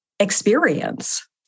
experience